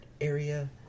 area